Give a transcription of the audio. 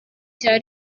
cya